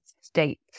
state